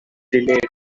delayed